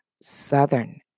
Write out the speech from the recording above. Southern